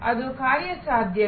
ಅದು ಕಾರ್ಯಸಾಧ್ಯವೇ